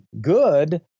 good